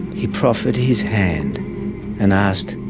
he proffered his hand and asked,